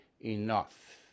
enough